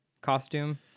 costume